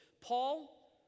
Paul